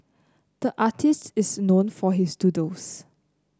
the artist is known for his doodles